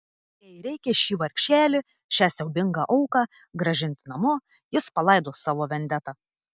jei reikia šį vargšelį šią siaubingą auką grąžinti namo jis palaidos savo vendetą